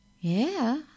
Yeah